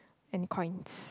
and coins